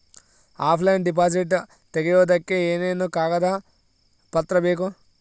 Offline deposit ತೆಗಿಯೋದಕ್ಕೆ ಏನೇನು ಕಾಗದ ಪತ್ರ ಬೇಕು?